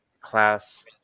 class